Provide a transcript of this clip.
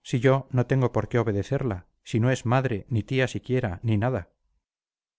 si yo no tengo por qué obedecerla si no es madre ni tía siquiera ni nada